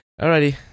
Alrighty